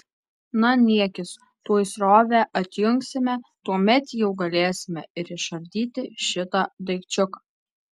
na niekis tuoj srovę atjungsime tuomet jau galėsime ir išardyti šitą daikčiuką